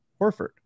Horford